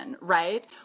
right